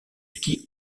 ski